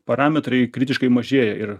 parametrai kritiškai mažėja ir